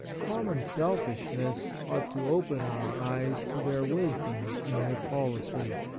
common selfishness ought to open our eyes to their wisdom and their policy.